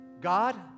God